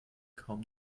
kaum